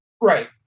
right